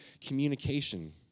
communication